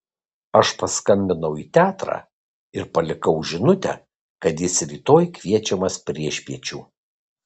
aš paskambinau į teatrą ir palikau žinutę kad jis rytoj kviečiamas priešpiečių